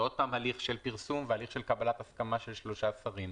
זה עוד פעם הליך של פרסום והליך של קבלת הסכמה של שלושה שרים.